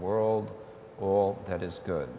world or that is good